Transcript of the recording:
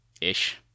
ish